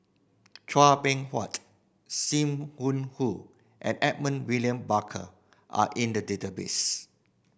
Chua Beng Huat Sim Wong Hoo and Edmund William Barker are in the database